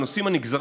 זאת